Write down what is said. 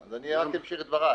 אז אני רק אמשיך את דבריי.